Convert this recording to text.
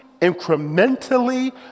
incrementally